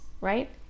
right